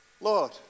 Lord